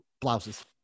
blouses